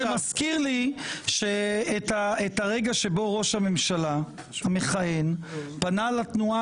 את הרגע שבו ראש הממשלה המכהן פנה לתנועה